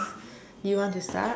do you want to start